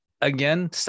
again